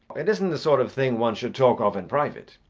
it isn't the sort of thing one should talk of in private.